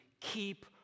keep